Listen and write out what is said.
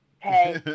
Hey